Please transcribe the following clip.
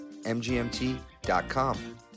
mgmt.com